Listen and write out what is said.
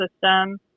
system